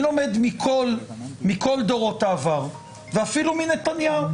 אני לומד מכל דורות העבר ואפילו מנתניהו.